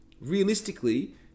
realistically